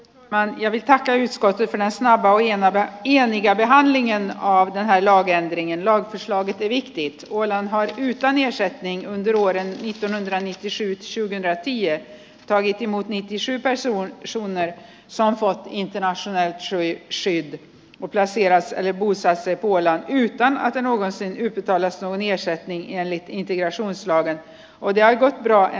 vähän jännittää teiskon tyttönä sna rao ja mätä jani ja vihan linja auton ajoa käyntiin ja miten ehtii kuollaan aistitaan ja sen nimi on vuoden mittaan graniittisyyt syventävien tai timo nikki seipäässä on suomen sampotinten asennon syyksi voi kärsiä jag vill tacka utskottet för den snabba och eniga behandlingen av den här lagändringen